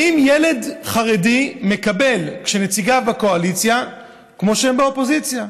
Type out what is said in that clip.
האם ילד חרדי מקבל כשנציגיו בקואליציה כמו כשהם באופוזיציה?